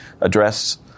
address